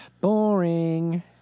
Boring